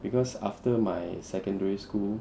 because after my secondary school